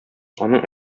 аның